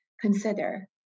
Consider